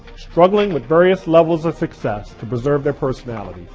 struggling with various levels of success to preserve their personality.